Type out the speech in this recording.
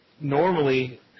normally